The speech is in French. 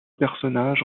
personnages